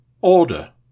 order